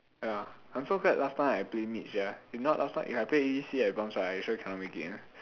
ya I'm so glad last time I play mid sia if not last time if I play A_D_C I bronze right I sure cannot make it [one]